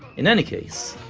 in any case,